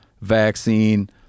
vaccine